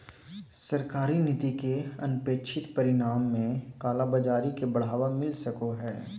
सरकारी नीति के अनपेक्षित परिणाम में भी कालाबाज़ारी के बढ़ावा मिल सको हइ